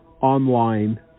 online